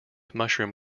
mushroom